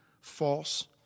false